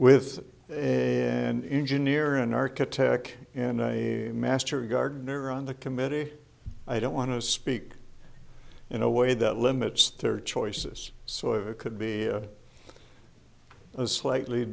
with a an engineer an architect and i master gardener on the committee i don't want to speak in a way that limits third choice this so it could be a slightly